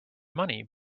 money